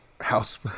house